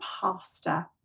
pastor